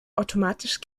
automatisch